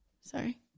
sorry